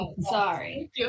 Sorry